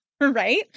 right